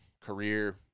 career